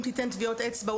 אם תיתן טביעות אצבע,